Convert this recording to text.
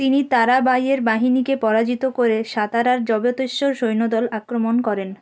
তিনি তারাবাঈয়ের বাহিনিকে পরাজিত করে সাতারার যবতেশ্বর সৈন্যদল আক্রমণ করেন